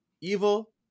evil